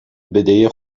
بدهی